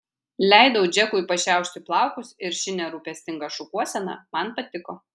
leidau džekui pašiaušti plaukus ir ši nerūpestinga šukuosena man patiko